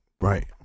Right